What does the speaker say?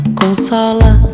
consola